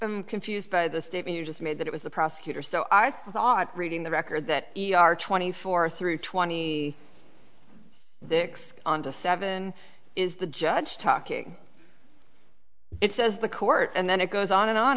am confused by the statement you just made that it was the prosecutor so i thought reading the record that e r twenty four through twenty six on to seven is the judge talking it says the court and then it goes on and on